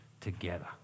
together